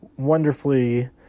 wonderfully